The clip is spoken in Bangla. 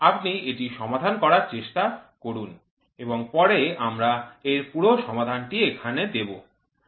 আপনি এটি সমাধান করার চেষ্টা করুন এবং পরে আমরা এর পুরো সমাধানটি এখানে দেবো